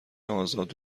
آزاد